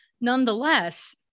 Nonetheless